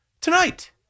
tonight